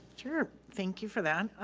sure. thank you for that.